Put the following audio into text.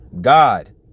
God